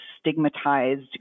stigmatized